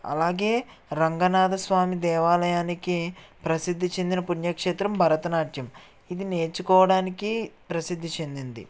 అలాగే రంగనాథ స్వామి దేవాలయానికి ప్రసిద్ధి చెందిన పుణ్యక్షేత్రం భరతనాట్యం ఇది నేర్చుకోవడానికి ప్రసిద్ధి చెందింది